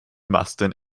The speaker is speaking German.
masten